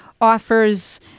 offers